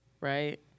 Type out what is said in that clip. right